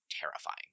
terrifying